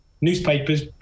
newspapers